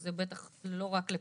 זה בטח לא רק לפתחך.